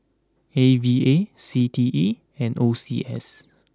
A V A C T E and O C S